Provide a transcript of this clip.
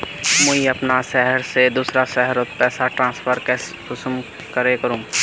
मुई अपना शहर से दूसरा शहर पैसा ट्रांसफर कुंसम करे करूम?